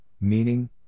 meaning